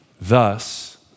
Thus